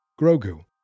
Grogu